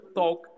talk